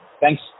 Thanks